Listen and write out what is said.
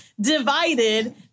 divided